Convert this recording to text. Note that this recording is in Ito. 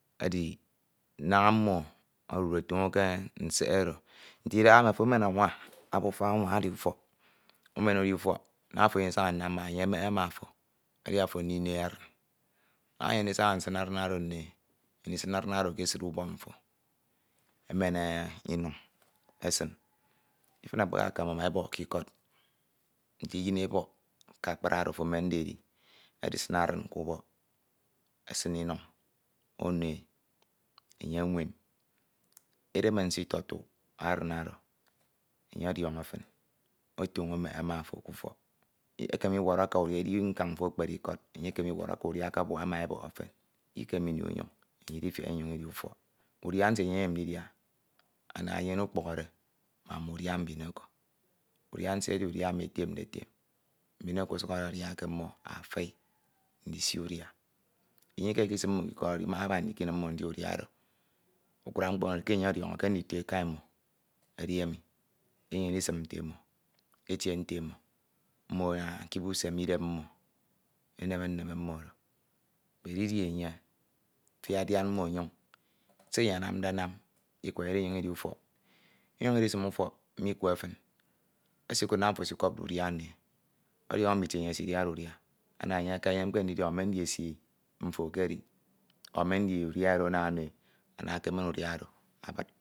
edi naña mmo odude toño ke nsek oro- nte idahaemi afo emen anwa abufa anwa edi ufọk, naña afo enyemde ndisaña nnam yak enye emehe ma afo edi afo ndino e adin, naña afo enyemde ndisaña nnoeadin oro edi afo ndisim adin ke esid ubọk mfo emen esin inuñ esin, ifin ekpeka ekemum ebọk k’ikọd nte iyin ebọk ke akpri oro afo emende e edi esiñ adin k’ubọk esin inuñ ono e, enye enwem, edeme nsie itọtuk adin oro, enye ọdiọñọ fin otoño emehe ma ofo k’ufọk, ekeme iwọrọ aka udia, idi nkañ mfo ekpere ikọd, enye ekeme iwọrọ aka udia akabuaha ma ebọk efen ikem ini unyoñ idifiak inyoñ idi ufọk udia nsie enye enyemde ndidia ana enyene ukpukhọde ma eke mbin oke mbin oko ọsuk adadia eke mbin oke mbin oko ọsuk adadia eke mmo afai ndisi udia, enye ika ikesim mmo k’ikọd oro imaha aba ndikiene mmo ndia udia oro ukura mkpo edi ọnyuñ edi ke enye ọdiọñọ ke ndito eka emo edi emi, enyene isim nte emo, etie nte emo, mmo ana ekip usem idem mmo, eneme nneme mmo, bedidi enye fiak diam mmo nyoñ, se enye anamde anam ikura idifiak inyoñ ki ufọk. Inyoñ idisim utok mikwe fin, esikud naña afo esikọpde udia ono emo, ọdiọñọ itie enye esidiade udia ana enye ekenyem ke ndidiọñọ me ndi esi mfo ke edi me ndi udia edo ana ono e an e kemen udia oro abid